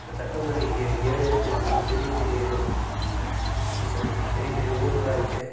கிட்டத்தட்ட ஒரு ஏ ஏழு எட்டு ஒரு பெரிய பெரிய எப்படி சொல்வது பெரிய பெரிய ஊருங்களெலாம் இருக்குது